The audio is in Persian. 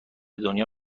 دنیا